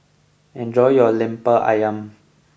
enjoy your Lemper Ayam